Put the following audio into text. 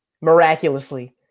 miraculously